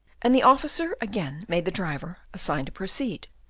and the officer again made the driver a sign to proceed.